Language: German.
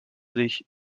sich